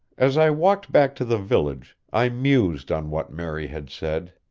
as i walked back to the village i mused on what mary had said,